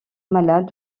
malade